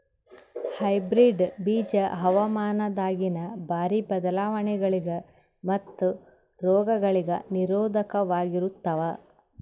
hybrid ಬೀಜ ಹವಾಮಾನದಾಗಿನ ಭಾರಿ ಬದಲಾವಣೆಗಳಿಗ ಮತ್ತು ರೋಗಗಳಿಗ ನಿರೋಧಕವಾಗಿರುತ್ತವ